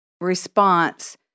response